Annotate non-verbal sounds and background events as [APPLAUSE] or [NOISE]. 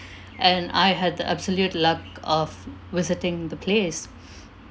and I had the absolute luck of visiting the place [NOISE]